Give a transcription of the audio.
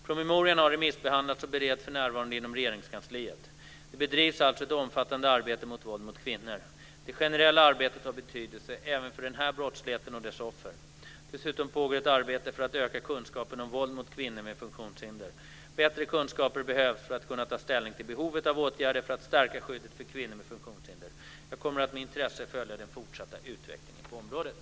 Promemorian har remissbehandlats och bereds för närvarande inom Regeringskansliet. Det bedrivs alltså ett omfattande arbete mot våld mot kvinnor. Det generella arbetet har betydelse även för den här brottsligheten och dess offer. Dessutom pågår ett arbete för att öka kunskapen om våld mot kvinnor med funktionshinder. Bättre kunskaper behövs för att kunna ta ställning till behovet av åtgärder för att stärka skyddet för kvinnor med funktionshinder. Jag kommer att med intresse följa den fortsatta utvecklingen på området.